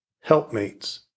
helpmates